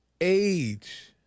Age